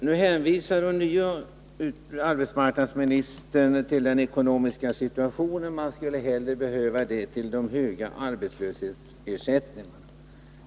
Nu hänvisar arbetsmarknadsministern ånyo till den ekonomiska situationen och menar att AMU-elevernas bidragsmedel bättre skulle behövas till att höja arbetslöshetsersättningarna.